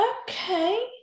okay